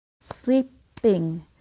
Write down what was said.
Sleeping